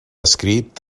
escrit